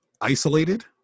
isolated